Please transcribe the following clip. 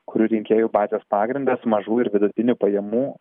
kurių rinkėjų partijos pagrindas mažų ir vidutinių pajamų